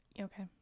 Okay